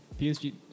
PSG